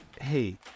hey